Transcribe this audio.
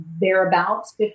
thereabouts